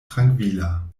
trankvila